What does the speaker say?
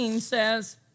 says